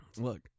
look